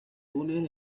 túnez